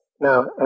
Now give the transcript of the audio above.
Now